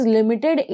Limited